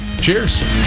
Cheers